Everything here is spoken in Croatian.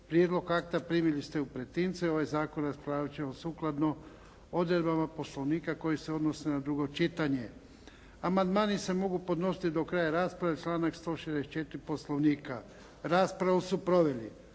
Prijedlog akta primili ste u pretince. Ovaj zakon raspravljat ćemo sukladno odredbama Poslovnika koji se odnose na drugo čitanje. Amandmani se mogu podnositi do kraja rasprave, članak 164. Poslovnika. Raspravu su proveli: